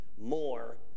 more